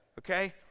Okay